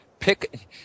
Pick